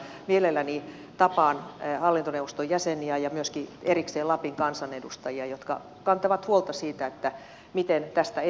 mielelläni tapaan hallintoneuvoston jäseniä ja myöskin erikseen lapin kansanedustajia jotka kantavat huolta siitä miten tästä eteenpäin